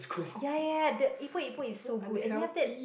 ya ya ya the epok epok is so good and then after that